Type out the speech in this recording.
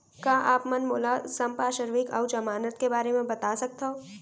का आप मन मोला संपार्श्र्विक अऊ जमानत के बारे म बता सकथव?